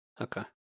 okay